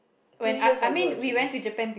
two years ago actually